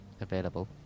Available